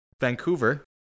Vancouver